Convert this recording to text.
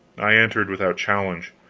i entered without challenge,